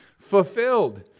fulfilled